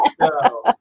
no